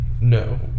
No